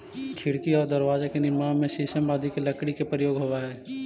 खिड़की आउ दरवाजा के निर्माण में शीशम आदि के लकड़ी के प्रयोग होवऽ हइ